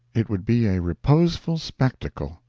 it would be a reposeful spectacle.